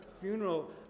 funeral